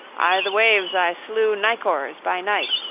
i' the waves i slew nicors by night,